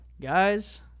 Guys